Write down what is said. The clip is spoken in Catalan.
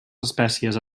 espècies